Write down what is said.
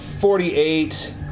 forty-eight